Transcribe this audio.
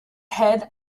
head